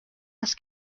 است